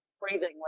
breathing